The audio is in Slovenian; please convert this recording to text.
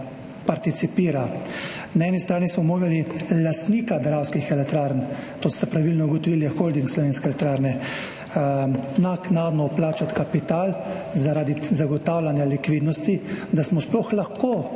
participira. Na eni strani smo morali lastniku Dravskih elektrarn, to ste pravilno ugotovili, je Holding Slovenske elektrarne, naknadno vplačati kapital zaradi zagotavljanja likvidnosti, da smo sploh lahko